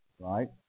right